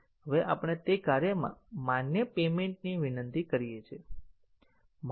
હવે આપણે તે કાર્યમાં માન્ય પેમેન્ટની વિનંતી કરીએ છીએ